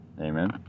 Amen